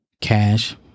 cash